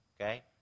okay